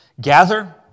gather